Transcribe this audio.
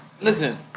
listen